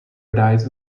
dice